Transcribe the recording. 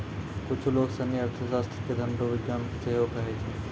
कुच्छु लोग सनी अर्थशास्त्र के धन रो विज्ञान सेहो कहै छै